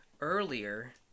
earlier